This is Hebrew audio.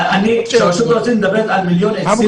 כשהרשות הפלסטינית מדברת על מיליון עצים